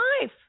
life